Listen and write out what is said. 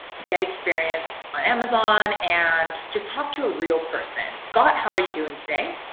get experience on amazon and just talk to a real person. scott, how are you doing today?